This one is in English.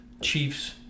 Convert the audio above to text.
Chiefs